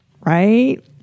right